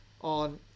on